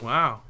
Wow